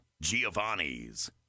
Giovanni's